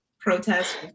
Protest